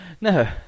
no